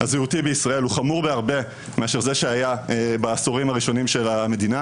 הזהותי בישראל הוא חמור בהרבה מאשר זה שהיה בעשורים הראשונים של המדינה.